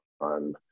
on